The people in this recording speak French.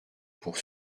pour